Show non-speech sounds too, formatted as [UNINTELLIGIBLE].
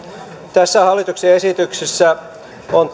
tässä hallituksen esityksessä on [UNINTELLIGIBLE]